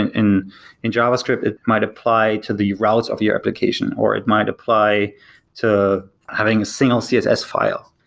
and in in javascript, it might apply to the routes of the application, or it might apply to having a single css file.